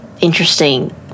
interesting